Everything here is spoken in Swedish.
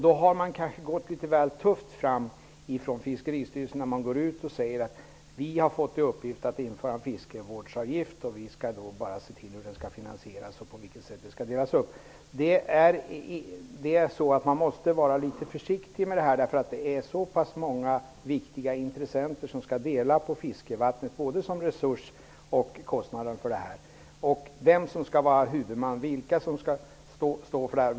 Man har då kanske från Fiskeristyrelsen gått litet tufft fram när man går ut och säger att man har fått i uppgift att införa en fiskevårdsavgift och att frågan bara är hur den skall finansieras och på vilket sätt den skall delas upp. Man måste vara litet försiktig med hur man uttalar sig, eftersom det är så många viktiga intressenter som skall dela både på fiskevattnet som en resurs och på kostnaden för detta. Man måste då fråga sig vem som skall vara huvudman, vilka som skall stå för det här.